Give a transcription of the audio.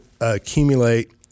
accumulate